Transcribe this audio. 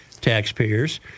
taxpayers